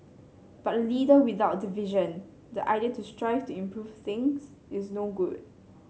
but a leader without the vision the idea to strive to improve things is no good